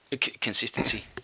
consistency